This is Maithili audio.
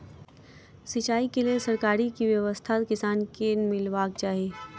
सिंचाई केँ लेल सरकारी की व्यवस्था किसान केँ मीलबाक चाहि?